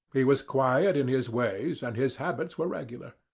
he was quiet in his ways, and his habits were regular.